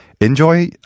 Enjoy